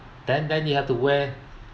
then then you have to wear